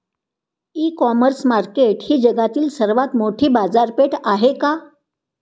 इ commerce market ही जगातील सर्वात मोठी बाजारपेठ आहे का?